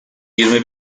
yirmi